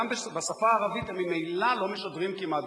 בשפה הערבית הם ממילא לא משדרים כמעט,